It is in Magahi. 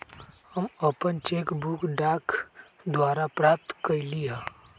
हम अपन चेक बुक डाक द्वारा प्राप्त कईली ह